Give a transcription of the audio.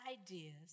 ideas